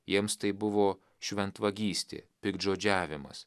jiems tai buvo šventvagystė piktžodžiavimas